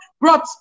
brought